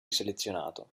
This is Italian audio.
selezionato